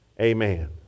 amen